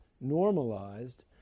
normalized